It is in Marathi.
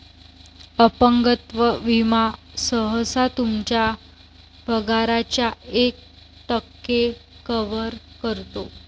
अपंगत्व विमा सहसा तुमच्या पगाराच्या एक टक्के कव्हर करतो